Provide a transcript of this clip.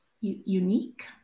unique